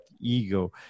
ego